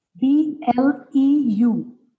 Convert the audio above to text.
B-L-E-U